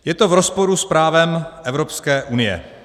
Je to v rozporu s právem Evropské unie.